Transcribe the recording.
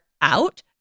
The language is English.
out